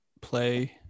play